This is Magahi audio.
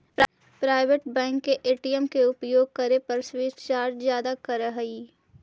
प्राइवेट बैंक के ए.टी.एम के उपयोग करे पर सर्विस चार्ज ज्यादा करऽ हइ